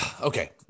okay